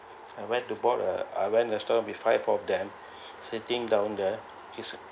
I went to bought a I went restaurant with five of them sitting down there is